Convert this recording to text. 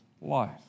life